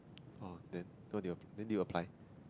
oh then what did you then did you apply